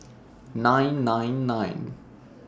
nine nine nine